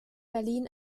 berlin